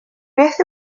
beth